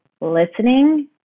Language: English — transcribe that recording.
listening